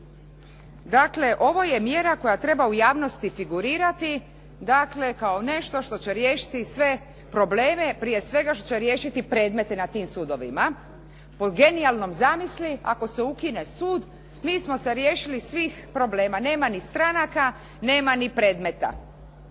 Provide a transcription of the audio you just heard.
Dakle, ovo je mjera koja treba u javnosti figurirati dakle, kao nešto što će riješiti sve probleme, prije svega što će riješiti predmete na tim sudovima po genijalnoj zamisli, ako se ukine sud, mi smo se riješili svih problema, nema ni stranaka, nema ni predmeta.